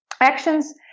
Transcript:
actions